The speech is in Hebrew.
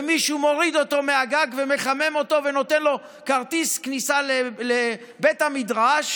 ומישהו מוריד אותו מהגג ומחמם אותו ונותן לו כרטיס כניסה לבית המדרש